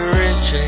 rich